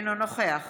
אינו נוכח